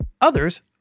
Others